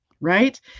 right